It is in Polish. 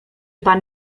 pan